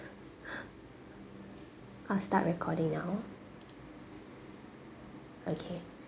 I'll start recording now okay